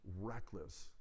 reckless